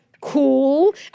cool